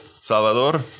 Salvador